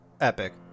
Epic